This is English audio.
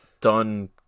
done